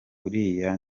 uriya